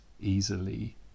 easily